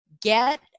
get